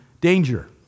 danger